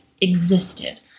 existed